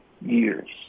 years